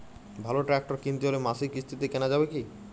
ভালো ট্রাক্টর কিনতে হলে মাসিক কিস্তিতে কেনা যাবে কি?